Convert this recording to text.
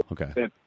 Okay